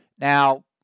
Now